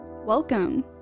Welcome